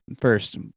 first